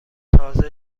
تازه